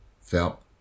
felt